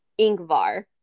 Ingvar